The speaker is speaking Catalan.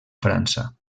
frança